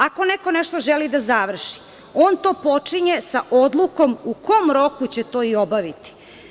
Ako neko nešto želi da završi, on to počinje sa odlukom u kom roku će to i obaviti.